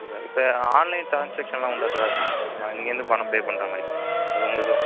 இதில் இப்போ ஆன்லைன் டிரான்ஷாக்ஷனெலாம் உண்டா சார் நாங்கள் இங்கேருந்து பணம் பே பண்ணுற மாதிரி அது உங்களுதிலும்